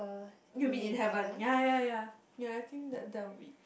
you meet in heaven yeah yeah yeah yeah I think that that would be